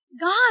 God